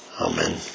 Amen